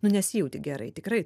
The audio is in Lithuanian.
nu nesijauti gerai tikrai